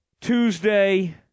Tuesday